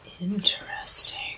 Interesting